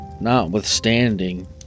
notwithstanding